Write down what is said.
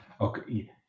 okay